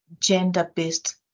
gender-based